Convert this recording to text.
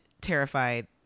terrified